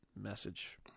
message